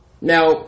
Now